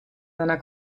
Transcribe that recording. seiner